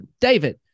David